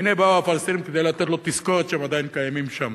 הנה באו הפלסטינים כדי לתת לו תזכורת שהם עדיין קיימים שם.